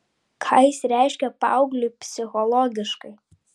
ką jis reiškia paaugliui psichologiškai